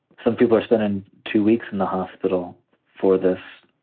some people are spendin' two weeks in the hospital for this.